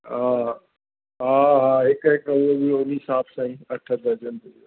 हा हा हा हिकु हिकु उहो बि हो बि हिसाब सां ई अठ दर्जन जी